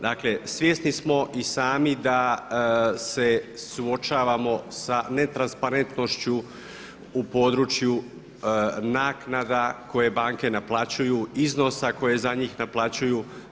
Dakle svjesni smo i sami da se suočavamo sa ne transparentnošću u području naknada koje banke naplaćuju, iznosa koje za njih naplaćuju.